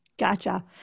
Gotcha